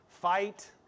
Fight